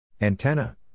Antenna